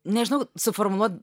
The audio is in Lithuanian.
nežinau suformuluot